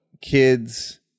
kids